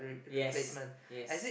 yes yes